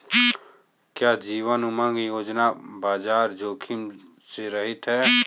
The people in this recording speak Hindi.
क्या जीवन उमंग योजना बाजार जोखिम से रहित है?